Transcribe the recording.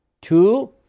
two